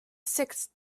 sixth